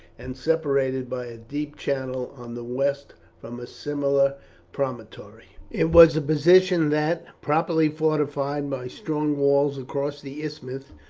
and separated by a deep channel on the west from a similar promontory. it was a position that, properly fortified by strong walls across the isthmus,